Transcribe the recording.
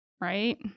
right